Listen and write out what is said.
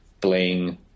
playing